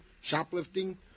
shoplifting